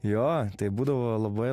jo tai būdavo labai